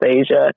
Asia